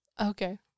Okay